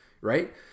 right